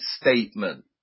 statement